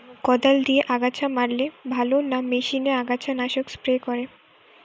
কদাল দিয়ে আগাছা মারলে ভালো না মেশিনে আগাছা নাশক স্প্রে করে?